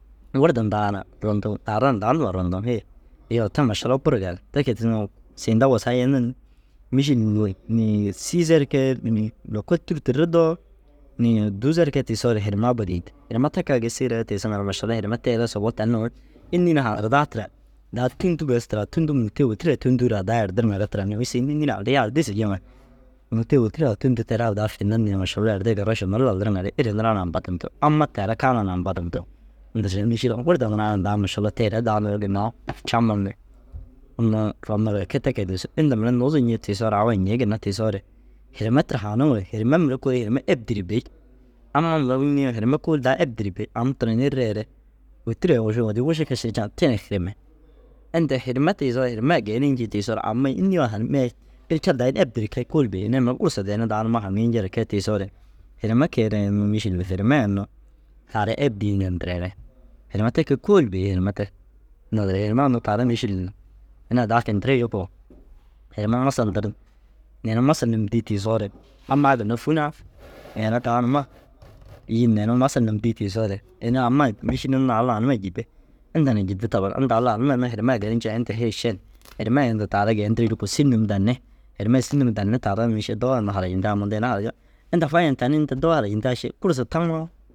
Wurda ndaa na rontuŋ, naara na dau nduma rondiŋ. Hêe iyoo te mašallaha buru gali te kee tiisiŋa ru siinta wusaa yenir ni mîšil inii sîizer kee inii lokol tûrtu ridoo inii dûuzer kee tiisoore hirimaa bôdoyintig. Hirimaa te kee gisiire mašallaha hirime tee re soboo tani nuu înna haanirdaa tira daa tûntu bes tira tûntu mûto ye wôtiree tûntuu raa daa yerdirŋare tira. Nuŋu sîgin nu înii na haanirdi yaar dîsi jiŋa mûto ye wôtiree tûnti teraa daa finir ni mašallaha erdir garašnir lanir ŋare êra niraa na ampa dintu. Amma teere keenaa na ampadintu. Inda sîgin nu mîšil lu wurda niraa na daa mašallaha tee re daa mire ginna camur ni unnu ronir eke te kee diisu. Inda mire nuuzuñii tiisoore au añii ginna tiisoore hirime tira haaniŋore hirima mire kôoli hirima eb dîre bêyi. Ammaa lau înnii na hirima kôoli daa eb dîre bêi. Am turonii ree re wôtira ai wušuu ŋa dîi wuši kašinii ciŋa te na hirime. Inda hirima tiisoo hirima ai geenii njiitiisoore amai înni yoo na hananimee ere Cad daa eb dîre kee kôoli bêyi. Ini ai nuŋu gursa danni daa numa haŋiijire kee tiisoore hirime kee ru unnu mîšil hirema ai unnu hara eb dîi na ndiree re hirima te kee kôoli bêyi hirima te. Naazire hee hirima taara mîšil ini ai daa findirii jikuu hirime masal ndir, neere masal num dîi tiissoore ammaa ginna na neere dau numa yîn na inuu masal num dîi tiisoore ini amai mîšil unnu au lau numa jîde inda na jîdo taban inda ye au laa numa ye ginna hirima ai geenii ncee, « inta hêyi šen hirime ai inda taara geentirii jikuu sîri num danni. Hirima sîri num danni taara mîšil dowa unnu harajindigaa na mundu. Inda fa yen tani innta dowai hanajintigaa ši gursa taŋoo